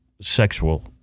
sexual